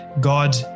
God